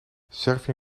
servië